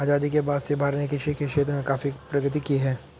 आजादी के बाद से भारत ने कृषि के क्षेत्र में काफी प्रगति की है